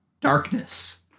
darkness